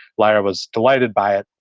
lyra was delighted by it.